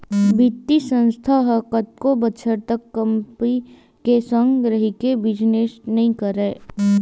बित्तीय संस्था ह कतको बछर तक कंपी के संग रहिके बिजनेस नइ करय